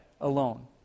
alone